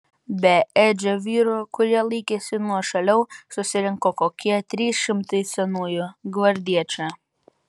be edžio vyrų kurie laikėsi nuošaliau susirinko kokie trys šimtai senųjų gvardiečių